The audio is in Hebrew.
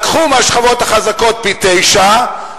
לקחו מהשכבות החזקות פי-תשעה,